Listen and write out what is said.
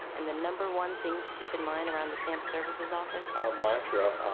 and the number one thing to keep in mind around the stamp services office? our mantra,